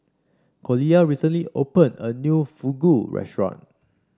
Collier recently opened a new Fugu Restaurant